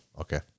okay